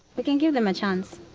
we can give them a chance.